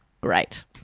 great